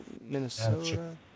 Minnesota